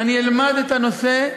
אני אלמד את הנושא,